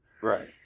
Right